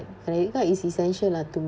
credit card is essential lah to